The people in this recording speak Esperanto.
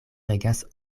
regas